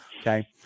Okay